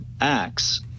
Acts